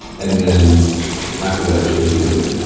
and then after that, jp can leave.